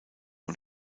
und